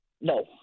No